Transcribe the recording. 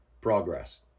progress